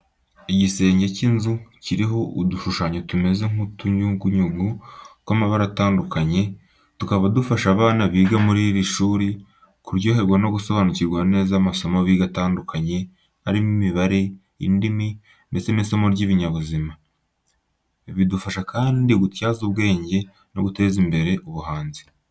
Igisenge cy'inzu kiriho udushushanyo tumeze nk'utunyugunyugu tw'amabara atandukanye, tukaba dufasha abana biga muri iri shuri kuryoherwa no gusobanukirwa neza amasomo biga atandukanye arimo imibare, indimi ndetse n'isomo ry'ibinyabuzima. Bidufasha kandi gutyaza ubwenge no guteza imbere ubuhanzi.